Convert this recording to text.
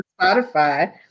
Spotify